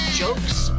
jokes